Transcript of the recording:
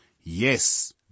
Yes